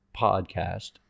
podcast